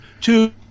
two